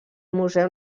museu